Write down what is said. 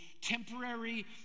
temporary